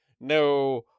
no